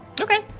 Okay